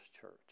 church